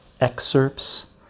excerpts